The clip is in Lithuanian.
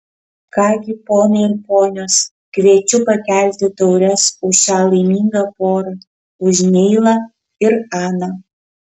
ką gi ponai ir ponios kviečiu pakelti taures už šią laimingą porą už neilą ir aną